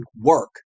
work